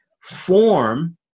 form